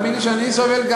תאמין לי שגם אני סובל,